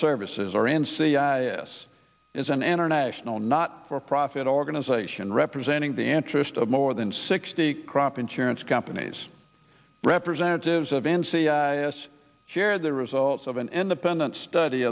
services or n c i s is an international not for profit organization representing the interest of more than sixty crop insurance companies representatives of n c i s share the results of an independent study